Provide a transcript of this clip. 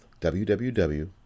www